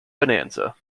bonanza